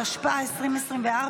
התשפ"ה 2024,